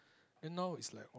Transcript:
then now it's like